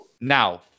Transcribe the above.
Now